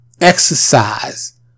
exercise